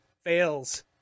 fails